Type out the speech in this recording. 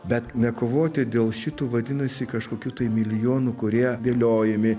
bet nekovoti dėl šito vadinasi kažkokių tai milijonų kurie dėliojami